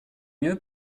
mieux